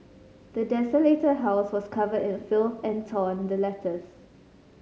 the desolated house was covered in filth and torn the letters